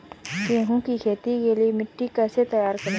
गेहूँ की खेती के लिए मिट्टी कैसे तैयार करें?